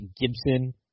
Gibson